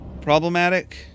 problematic